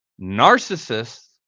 narcissists